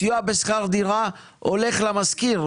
סיוע בשכר דירה הולך למשכיר,